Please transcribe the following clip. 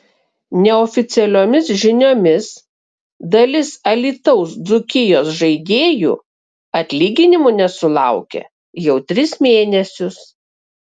neoficialiomis žiniomis dalis alytaus dzūkijos žaidėjų atlyginimų nesulaukia jau tris mėnesius